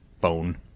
bone